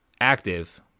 active